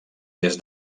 des